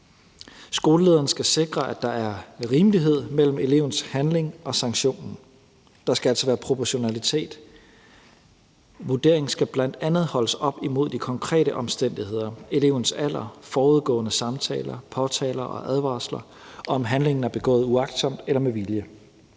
Skolelederen skal sikre, at der er rimelighed mellem elevens handling og sanktionen. Der skal altså være proportionalitet. Vurderingen skal bl.a. holdes op imod de konkrete omstændigheder, elevens alder, forudgående samtaler, påtaler og advarsler, og om handlingen er begået uagtsomt eller med vilje.